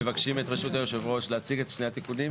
אנחנו מבקשים את רשות יושב הראש להציג את שני התיקונים.